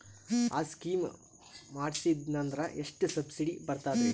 ಆ ಸ್ಕೀಮ ಮಾಡ್ಸೀದ್ನಂದರ ಎಷ್ಟ ಸಬ್ಸಿಡಿ ಬರ್ತಾದ್ರೀ?